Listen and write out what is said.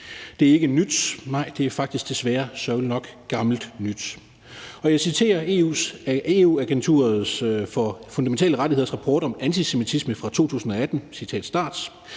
Det er ikke nyt, nej, det er faktisk desværre sørgeligt nok gammelt nyt. Jeg citerer Den Europæiske Unions Agentur for Fundamentale Rettigheders rapport om antisemitisme fra 2018: »EU og